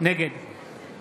נגד